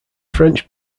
french